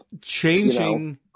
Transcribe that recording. Changing